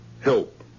help